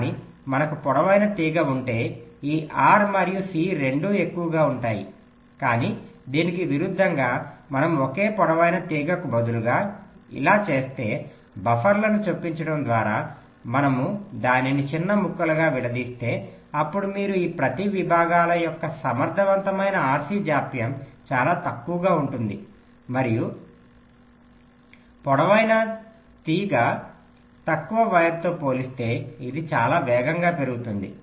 కానీ మనకు పొడవైన తీగ ఉంటేఈ R మరియు C రెండూ ఎక్కువగా ఉంటాయి కానీ దీనికి విరుద్ధంగా మనము ఒకే పొడవైన తీగకు బదులుగా ఇలా చేస్తే బఫర్లను చొప్పించడం ద్వారా మనము దానిని చిన్న ముక్కలుగా విడదీస్తే అప్పుడు మీరు ఈ ప్రతి విభాగాల యొక్క సమర్థవంతమైన RC జాప్యం చాలా తక్కువగా ఉంటుంది మరియు పొడవైన తీగ తక్కువ వైర్తో పోలిస్తే ఇది చాలా వేగంగా పెరుగుతుంది